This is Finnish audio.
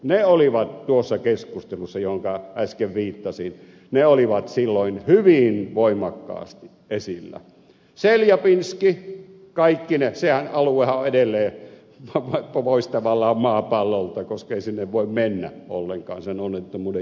ne olivat tuossa keskustelussa johonka äsken viittasin hyvin voimakkaasti esillä tseljabinsk kaikkineen se aluehan on edelleen tavallaan pois maapallolta koska ei sinne voi mennä ollenkaan sen onnettomuuden jäljeltä